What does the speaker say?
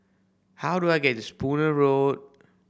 how do I get to Spooner Road